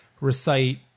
recite